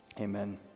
amen